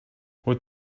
what